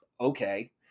Okay